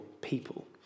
people